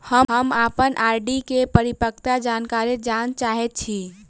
हम अप्पन आर.डी केँ परिपक्वता जानकारी जानऽ चाहै छी